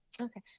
Okay